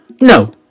No